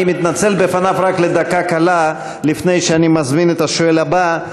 אני מתנצל בפניו רק לדקה קלה לפני שאני מזמין את השואל הבא.